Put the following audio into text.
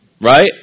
right